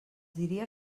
diria